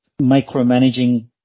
micromanaging